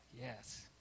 Yes